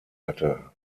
hatte